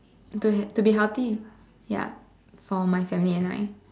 to to be healthy ya for my family and I